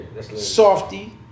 Softy